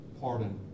pardon